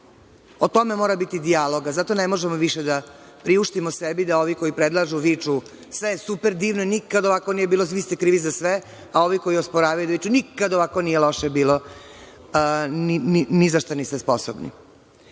O tome mora biti dijaloga. Zato ne možemo više da priuštimo sebi da ovi koji predlažu viću sve je super, divno, nikad ovako nije bilo, vi ste krivi za sve, a ovi koji osporavaju viču, nikad ovako nije loše bilo, ni zašta niste sposobni. Pitanje